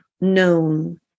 known